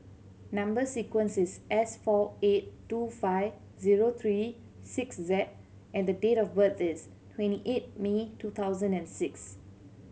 number sequence is S four eight two five zero three six Z and date of birth is twenty eight May two thousand and six